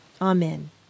Amen